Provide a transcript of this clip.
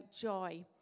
joy